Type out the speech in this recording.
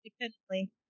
independently